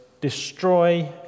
destroy